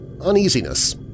Uneasiness